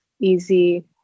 easy